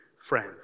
friend